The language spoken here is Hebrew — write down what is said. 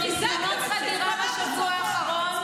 ניסיונות חדירה בשבוע האחרון,